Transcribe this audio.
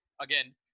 again